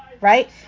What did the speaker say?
right